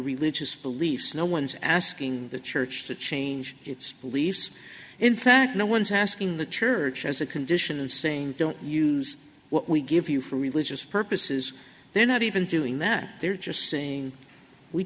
religious beliefs no one's asking the church to change its beliefs in fact no one's asking the church as a condition of saying don't use what we give you for religious purposes they're not even doing that they're just saying we